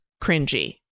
cringy